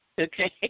okay